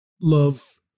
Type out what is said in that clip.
love